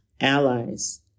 allies